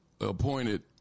appointed